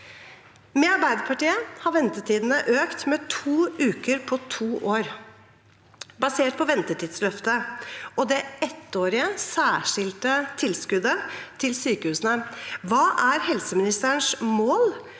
Med Arbeiderpartiet har ventetidene økt med to uker på to år. Basert på ventetidsløftet og det ettårige særskilte tilskuddet til sykehusene: Hva er helseministerens mål